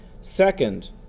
Second